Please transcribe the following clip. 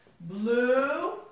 blue